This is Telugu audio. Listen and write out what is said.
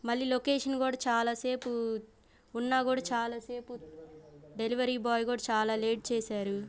మళ్ళీ లొకేషన్ కూడా చాలాసేపు ఉన్నా కూడా చాలాసేపు డెలివేరి బాయ్ కూడా చాలా లేట్ చేశారు